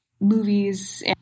movies